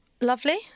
Lovely